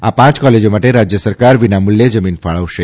આ પ કોલેજો માટે રાજયસરકાર વિનામૂલ્યે જમીન ફાળવશે